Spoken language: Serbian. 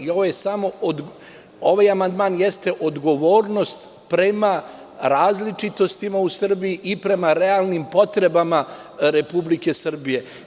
Ovaj amandman jeste odgovornost prema različitostima u Srbiji i prema realnim potrebama Republike Srbije.